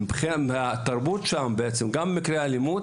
גם אם קורים שם מקרי האלימות,